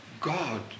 God